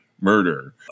murder